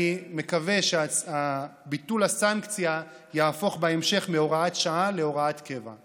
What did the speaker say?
אני מקווה שביטול הסנקציה יהפוך בהמשך מהוראת שעה להוראת קבע.